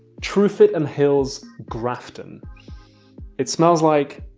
truefitt and hill's grafton it smells like